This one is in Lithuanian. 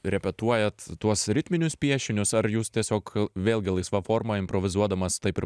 repetuojat tuos ritminius piešinius ar jūs tiesiog vėlgi laisva forma improvizuodamas taip ir